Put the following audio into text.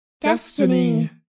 Destiny